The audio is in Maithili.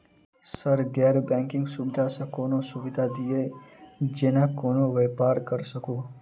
सर गैर बैंकिंग सुविधा सँ कोनों सुविधा दिए जेना कोनो व्यापार करऽ सकु?